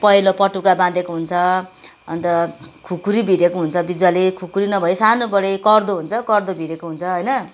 पहेँलो पटुका बाँधेको हुन्छ अन्त खुकुरी भिरेको हुन्छ बिजुवाले खुकुरी नभए सानो बडे कर्द हुन्छ कर्द भिरेको हुन्छ होइन